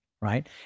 right